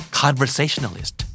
conversationalist